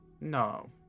No